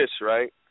right